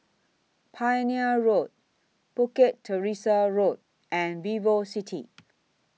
Pioneer Road Bukit Teresa Road and Vivocity